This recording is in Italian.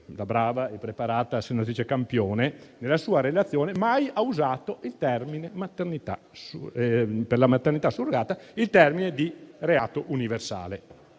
la brava e preparata senatrice Campione, nella sua relazione non ha mai usato, per la maternità surrogata, il termine di reato universale.